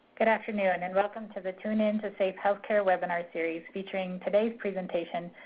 good afternoon, and welcome to the tune in to safe healthcare webinar series, featuring today's presentation,